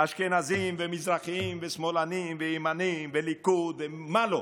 אשכנזים ומזרחים, שמאלנים וימנים, ליכוד ומה לא.